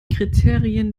kriterien